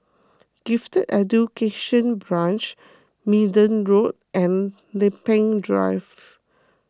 Gifted Education Branch Minden Road and Lempeng Drive